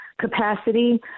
capacity